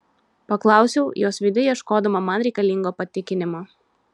paklausiau jos veide ieškodama man reikalingo patikinimo